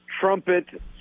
trumpet